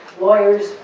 lawyers